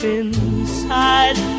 inside